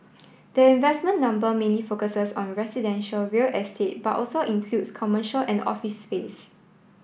the investment number mainly focuses on residential real estate but also includes commercial and office space